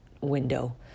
window